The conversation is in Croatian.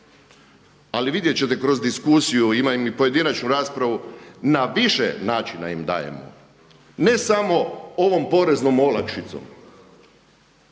Ali vidjet ćete kroz diskusiju, imam i pojedinačnu raspravu na više načina ima dajemo ne samo ovom poreznom olakšicom.